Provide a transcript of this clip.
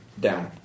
down